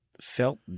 felt